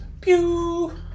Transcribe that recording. Pew